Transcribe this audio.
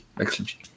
excellent